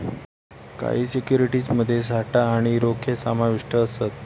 काही सिक्युरिटीज मध्ये साठा आणि रोखे समाविष्ट असत